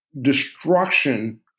destruction